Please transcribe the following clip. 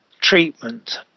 treatment